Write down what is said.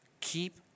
Keep